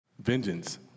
Vengeance